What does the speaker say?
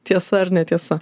tiesa ar netiesa